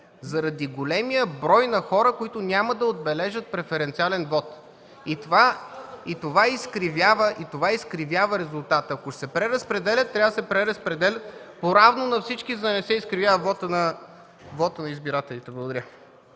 заради големия брой на хора, които няма да отбележат преференциален вот и това изкривява резултата. Ако се преразпределят, трябва да се преразпределят поравно на всички, за да не се изкривява вотът на избирателите. Благодаря.